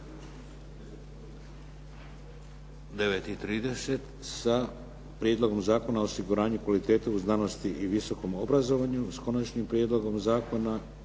sati sa Prijedlogom zakona o osiguravanju kvalitete u znanosti i visokom obrazovanju s konačnim prijedlogom zakona,